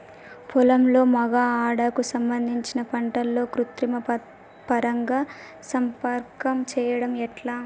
పొలంలో మగ ఆడ కు సంబంధించిన పంటలలో కృత్రిమ పరంగా సంపర్కం చెయ్యడం ఎట్ల?